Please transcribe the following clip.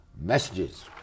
Messages